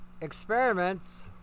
experiments